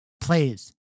please